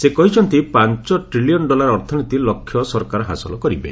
ସେ କହିଛନ୍ତି ପାଞ୍ଚ ଟ୍ରିଲିୟନ୍ ଡଲାର ଅର୍ଥନୀତି ଲକ୍ଷ୍ୟ ସରକାର ହାସଲ କରିବେ